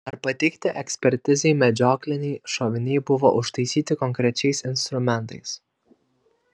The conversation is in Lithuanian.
ar pateikti ekspertizei medžiokliniai šoviniai buvo užtaisyti konkrečiais instrumentais